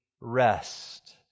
rest